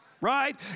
Right